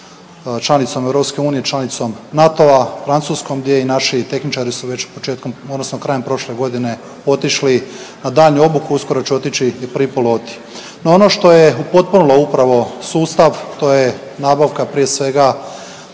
članicom EU, članicom NATO-a Francuskom gdje i naši tehničari su već početkom, odnosno krajem prošle godine otišli na daljnju obuku. Uskoro će otići i prvi piloti. No ono što je upotpunilo upravo sustav to je nabavka prije svega